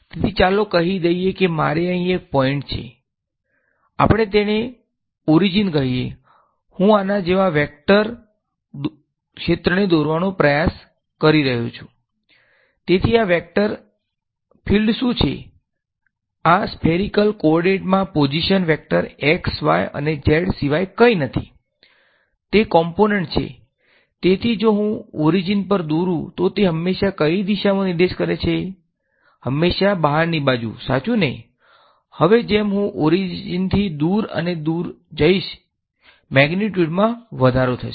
તેથી ચાલો કહી દઈએ કે મારે અહીં એક પોઈંટ છે ચાલો આપણે તેને મૂળ માં વધારો થશે